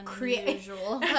unusual